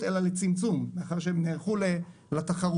אלא לצמצום מאחר שהן נערכו לתחרות.